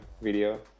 video